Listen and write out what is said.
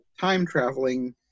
time-traveling